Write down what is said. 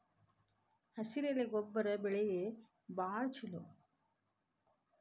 ಹಸಿರೆಲೆ ಗೊಬ್ಬರ ಬೆಳೆಗಳಿಗೆ ಬಾಳ ಚಲೋ